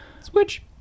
Switch